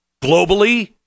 globally